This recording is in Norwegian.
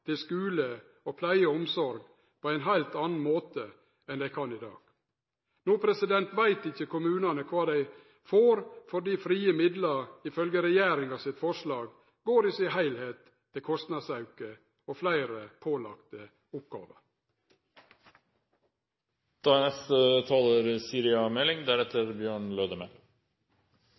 investeringar til skule og pleie og omsorg på ein heilt annan måte enn dei kan i dag. No veit ikkje kommunane kva dei får, fordi alle frie midlar ifølgje regjeringas forslag går til kostnadsauke og fleire pålagte